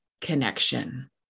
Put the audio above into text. connection